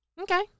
Okay